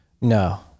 No